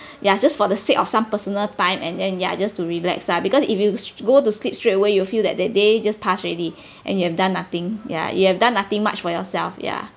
ya just for the sake of some personal time and then ya just to relax lah because if you s~ go to sleep straightaway you feel that that day just pass already and you have done nothing ya you have done nothing much for yourself ya